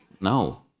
No